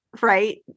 right